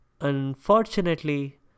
Unfortunately